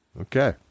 Okay